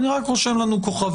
אני רק רושם לנו כוכבית.